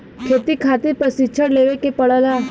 खेती खातिर प्रशिक्षण लेवे के पड़ला